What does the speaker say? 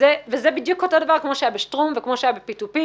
זה בדיוק אותו דבר כמו שהיה בשטרום וכמו שהיה ב-פי טו פי